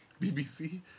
BBC